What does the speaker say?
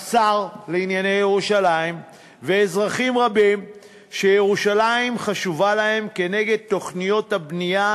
השר לירושלים ומורשת ואזרחים רבים שירושלים חשובה להם כנגד תוכניות הבנייה